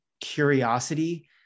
curiosity